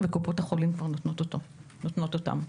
וקופות החולים כבר נותנות אותן.